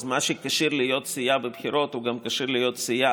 אז מה שכשיר להיות סיעה בבחירות גם כשיר להיות סיעה